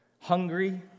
hungry